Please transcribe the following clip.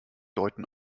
deuten